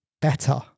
better